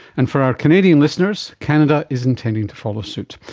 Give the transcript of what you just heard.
and for our canadian listeners, canada is intending to follow suit.